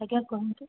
ଆଜ୍ଞା କୁହନ୍ତୁ